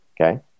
Okay